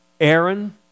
Aaron